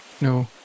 No